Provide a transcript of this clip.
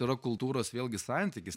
yra kultūros vėlgi santykis